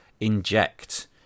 inject